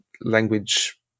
language